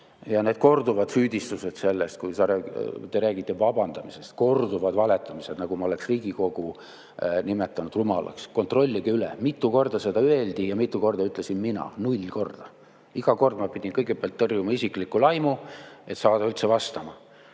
Ja need korduvad süüdistused! Te räägite vabandamisest! Korduvad valetamised, nagu ma oleks Riigikogu nimetanud rumalaks. Kontrollige üle, mitu korda seda öeldi ja mitu korda ütlesin mina. Null korda! Iga kord ma pidin kõigepealt tõrjuma laimu minu isiku pihta, et saada üldse vastama